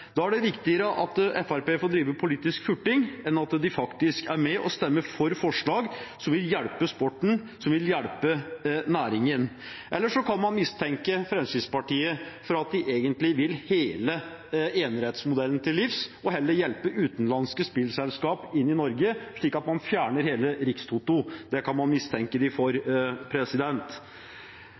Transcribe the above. Da er det viktigere at Fremskrittspartiet får drive politisk furting enn at de faktisk er med og stemmer for forslag som vil hjelpe sporten, som vil hjelpe næringen. Eller så kan man mistenke Fremskrittspartiet for at de egentlig vil hele enerettsmodellen til livs og heller hjelpe utenlandske spillselskap inn i Norge, slik at man fjerner hele Rikstoto. Det kan man mistenke dem for.